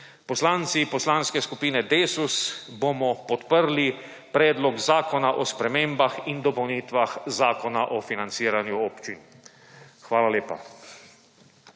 Poslanci Poslanske skupine Desus bomo podprli predlog zakona o spremembah in dopolnitvah Zakona o financiranju občin. Hvala lepa.